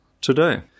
today